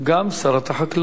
שרת החקלאות